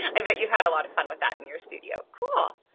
i bet you've had a lot of fun with that in your studio, cool.